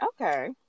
Okay